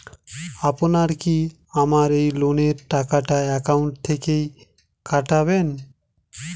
আপনারা কি আমার এই লোনের টাকাটা একাউন্ট থেকে কাটবেন?